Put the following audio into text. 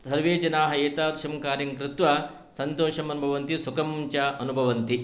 सर्वे जनाः एतदृशम् कार्यङ्कृत्वा सन्तोषम् अनुभवन्ति सुखं च अनुभवन्ति